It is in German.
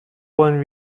wollen